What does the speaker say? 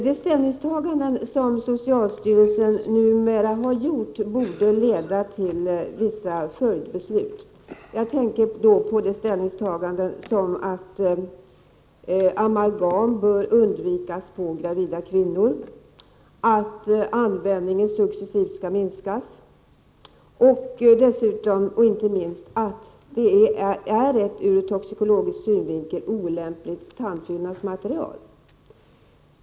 De ställningstaganden som socialstyrelsen numera har gjort borde leda till vissa följdbeslut. Jag tänker på ställningstagandet att amalgam bör undvikas på gravida kvinnor, att användningen successivt skall minskas och, icke minst, på uttalandet att amalgam är ett ur toxikologisk synvinkel olämpligt tandfyllnadsmaterial.